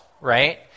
right